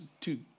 two